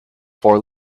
four